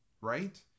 right